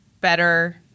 better